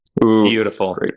Beautiful